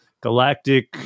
galactic